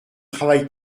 travail